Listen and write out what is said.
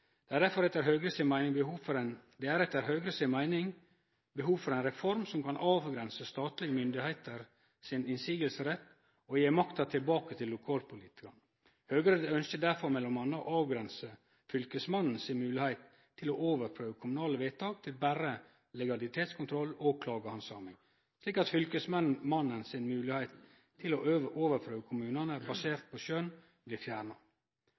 Det er derfor etter Høgre si meining behov for ei reform som kan avgrense statlege myndigheiters motsegnsrett, og gje makta tilbake til lokalpolitikarane. Høgre ønskjer derfor m.a. å avgrense Fylkesmannens moglegheit til å overprøve kommunale vedtak til berre å gjelde legalitetskontroll og klagehandsaming, slik at Fylkesmannens moglegheit til å overprøve kommunane basert på skjønn, blir fjerna.